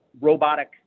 robotic